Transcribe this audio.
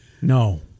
No